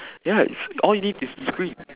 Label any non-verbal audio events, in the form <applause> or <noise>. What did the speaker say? <breath> ya it's all you need is screen